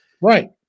right